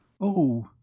Oh